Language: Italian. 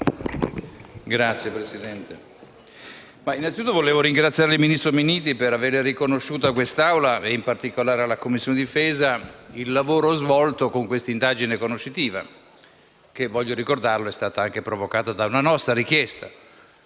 Signora Presidente, innanzitutto desidero ringraziare il ministro Minniti per avere riconosciuto a questa Camera e, in particolare, alla Commissione difesa, il lavoro svolto con questa indagine conoscitiva che, lo voglio ricordare, è stata provocata anche da una nostra richiesta.